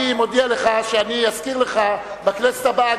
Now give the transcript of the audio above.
אני אזכיר לך בכנסת הבאה,